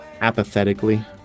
apathetically